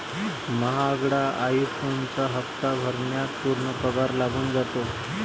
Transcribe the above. महागडा आई फोनचा हप्ता भरण्यात पूर्ण पगार लागून जातो